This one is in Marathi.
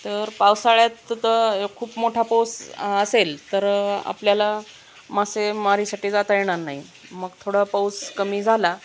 तर पावसाळ्यात तर य खूप मोठा पाऊस असेल तर आपल्याला मासेमारीसाठी जाता येणार नाही मग थोडा पाऊस कमी झाला